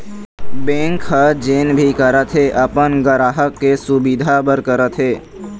bank ह जेन भी करत हे अपन गराहक के सुबिधा बर करत हे